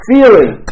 Feeling